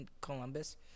Columbus